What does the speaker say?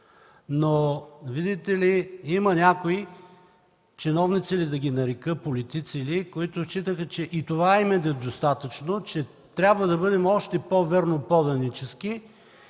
но, видите ли, има някои – чиновници ли да ги нарека, политици ли, които считали, че и това им е недостатъчно, че трябва да бъдем с още по-верноподаническа